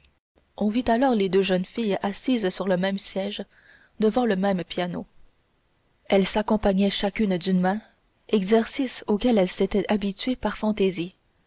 on vit alors les deux jeunes filles assises sur le même siège devant le même piano elles accompagnaient chacune d'une main exercice auquel elles s'étaient habituées par fantaisie